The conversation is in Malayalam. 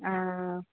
ആ